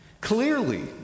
clearly